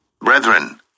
brethren